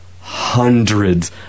hundreds